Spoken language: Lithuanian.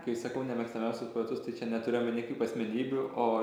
kai sakau nemėgstamiausius poetus tai čia neturiu omeny kaip asmenybių o